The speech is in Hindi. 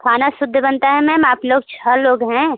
खाना शुद्ध बनता है मैम आप लोग छः लोग हैं